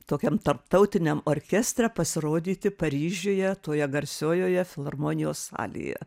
tokiam tarptautiniam orkestre pasirodyti paryžiuje toje garsiojoje filharmonijos salėje